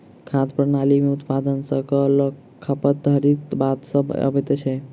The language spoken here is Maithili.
खाद्य प्रणाली मे उत्पादन सॅ ल क खपत धरिक बात सभ अबैत छै